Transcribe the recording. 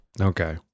Okay